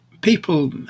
people